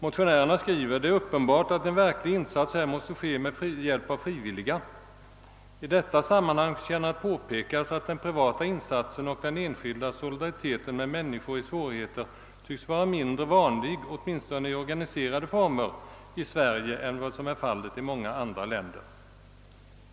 Motionärerna skriver: »Det är uppenbart att en verklig insats här måste ske med hjälp av frivilliga. I detta sammanhang förtjänar att påpekas att den privata insatsen och den enskilda solidariteten med medmänniskor i svårigheter tycks vara mindre vanlig, åtminstone i organiserade former, i Sverige än vad som är fallet i många andra länder.